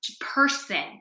person